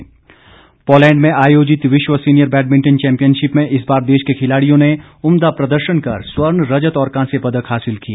badminton Poland में आयोजित विश्व सीनियर चैम्पियनशिप में इस बार देश के रिवलाड़ियों ने उमदा प्रदर्शन कर स्वर्ण रजत और कांस्य पदक हासिल किए